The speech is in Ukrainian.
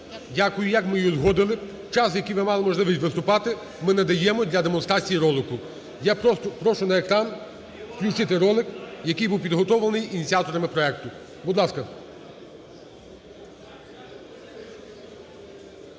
Дякую. Як ми і узгодили, час, який ви мали можливість виступати, ми надаємо для демонстрації ролику. Я прошу на екран включити ролик, який був підготовлений ініціаторами проекту. Будь ласка.